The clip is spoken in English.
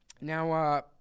Now